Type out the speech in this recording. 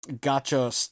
gotcha